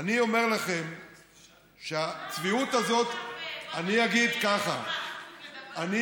אני אומר לכם שהצביעות הזאת, אני אגיד ככה.